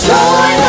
Joy